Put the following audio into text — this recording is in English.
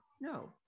No